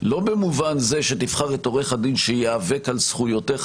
לא במובן הזה שתבחר את עורך הדין שיאבק על זכויותיך